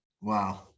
Wow